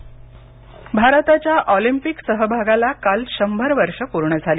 Olympic भारताच्या Olympic सहभागाला काल शंभर वर्षे पूर्ण झाली